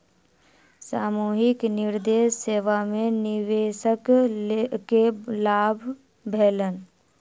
सामूहिक निवेश सेवा में निवेशक के लाभ भेलैन